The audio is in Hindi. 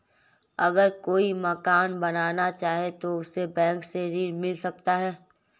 अगर कोई मकान बनाना चाहे तो उसे बैंक से ऋण मिल सकता है?